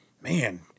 man